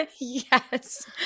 Yes